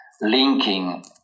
linking